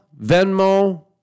Venmo